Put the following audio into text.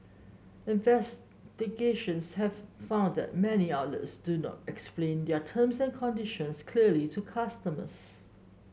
investigations have found that many outlets do not explain their terms and conditions clearly to customers